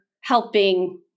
helping